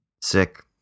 Sick